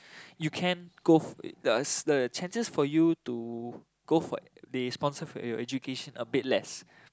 you can go the the chances for you to go for they sponsor for you education a bit less